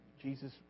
Jesus